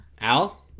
Al